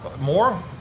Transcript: more